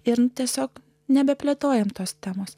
ir tiesiog nebeplėtojome tos temos